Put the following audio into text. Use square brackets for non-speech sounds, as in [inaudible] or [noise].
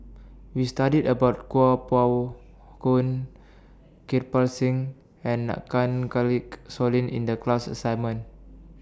We studied about Kuo Pao Kun Kirpal Singh and [unintelligible] Soin in The class assignment